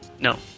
No